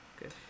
good